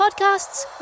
podcasts